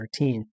13